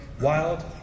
wild